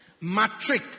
Matric